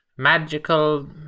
magical